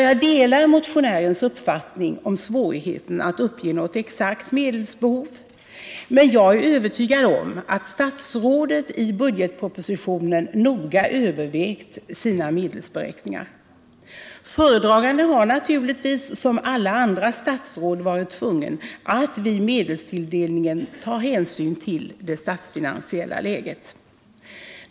Jag delar motionärens uppfattning om svårigheten att uppge något exakt medelsbehov. Men jag är övertygad om att statsrådet i budgetpropositionen noga övervägt sina medelsberäkningar. Föredraganden har naturligtvis, som alla andra statsråd, varit tvungen att vid medelstilldelningen ta hänsyn till det statsfinansiella läget.